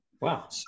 Wow